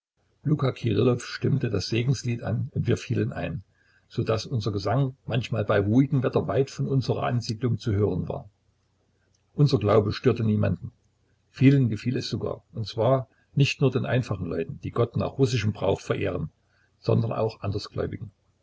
kirillow stimmte das segenslied an und wir fielen ein so daß unser gesang manchmal bei ruhigem wetter weit von unserer ansiedlung zu hören war unser glaube störte niemanden vielen gefiel er sogar und zwar nicht nur den einfachen leuten die gott nach russischem brauche verehren sondern auch andersgläubigen